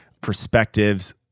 perspectives